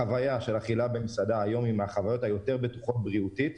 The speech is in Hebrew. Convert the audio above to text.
החוויה של אכילה במסעדה היא אחת החוויות הבטוחות מהבחינה הבריאותית.